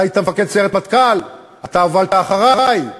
אתה היית מפקד סיירת מטכ"ל, אתה הובלת, "אחרי".